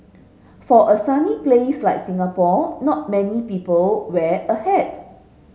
for a sunny place like Singapore not many people wear a hat